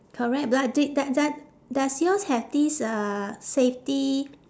correct but did d~ d~ does yours have this uh safety